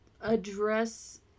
address